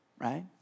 right